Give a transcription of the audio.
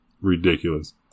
Ridiculous